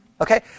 Okay